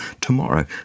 tomorrow